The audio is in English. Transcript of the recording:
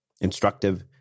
instructive